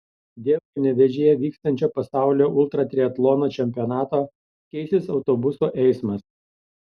dėl panevėžyje vyksiančio pasaulio ultratriatlono čempionato keisis autobusų eismas